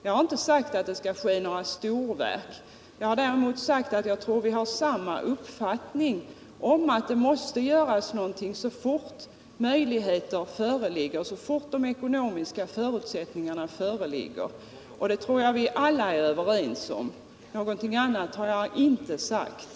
Jag har inte sagt att det skall ske några storverk. Jag har däremot sagt att jag tror att vi har samma uppfattning om att det måste göras någonting så fort möjligheter föreligger, så fort de ekonomiska förutsättningarna är för handen, och detta utgår jag från att vi alla är överens om. Någonting annat har jag inte sagt.